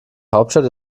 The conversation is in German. hauptstadt